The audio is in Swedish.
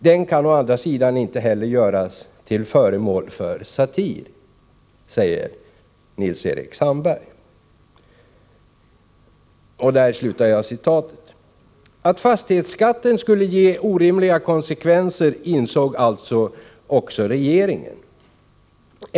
Den kan å andra sidan inte heller göras till föremål för satir.” Att fastighetsskatten skulle ge orimliga konsekvenser insåg alltså även regeringen.